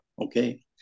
okay